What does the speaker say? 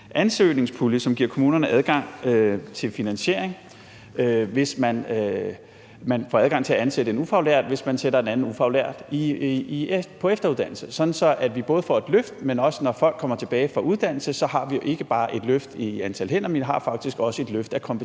ansøgningspulje, som giver kommunerne adgang til finansiering – man får adgang til at ansætte en ufaglært, hvis man sætter en anden ufaglært på efteruddannelse, sådan at vi får et løft, og når folk kommer tilbage fra uddannelse, så har vi ikke bare et løft i antallet af hænder, men faktisk også et løft af kompetenceniveauet.